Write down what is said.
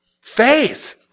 Faith